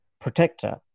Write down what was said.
protector